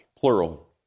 plural